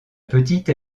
petite